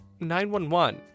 911